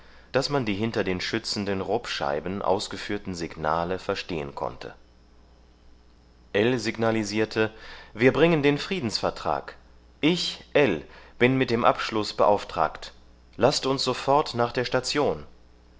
daß man die hinter den schützenden robscheiben ausgeführten signale verstehen konnte ell signalisierte wir bringen den friedensvertrag ich ell bin mit dem abschluß beauftragt laßt uns sofort nach der station